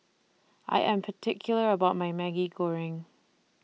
I Am particular about My Maggi Goreng